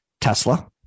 Tesla